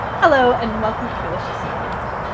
hello and welcome k, lets just start again